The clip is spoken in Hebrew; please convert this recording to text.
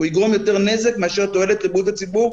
הוא יגרום יותר נזק מאשר תועלת לבריאות הציבור.